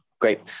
Great